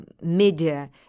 media